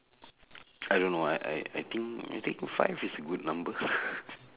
I don't know I I I think I think five is a good number